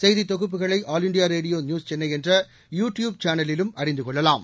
செய்தி கொகுப்புகளை All India Radio News Chennai என்ற யு டியூப் சேனலிலும் அறிந்து கொள்ளலாம்